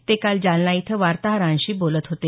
ते काल जालना इथं वार्ताहरांशी बोलत होते